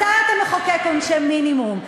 מתי אתה מחוקק עונשי מינימום?